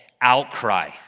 outcry